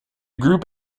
group